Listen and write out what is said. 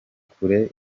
kure